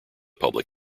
public